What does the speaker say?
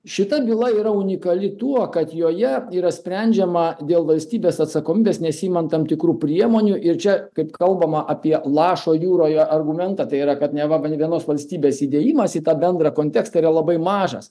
šita byla yra unikali tuo kad joje yra sprendžiama dėl valstybės atsakomybės nesiimant tam tikrų priemonių ir čia kaip kalbama apie lašo jūroje argumentą tai yra kad neva vie vienos valstybės įdėjimas į tą bendrą kontekstą yra labai mažas